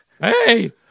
Hey